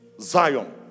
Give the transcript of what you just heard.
Zion